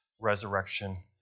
resurrection